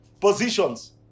positions